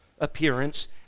appearance